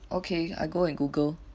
okay I go and Google